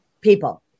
people